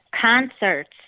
concerts